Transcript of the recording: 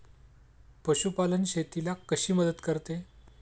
पशुपालन शेतीला कशी मदत करते?